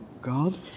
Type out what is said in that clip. God